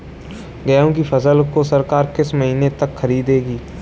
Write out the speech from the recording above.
गेहूँ की फसल को सरकार किस महीने तक खरीदेगी?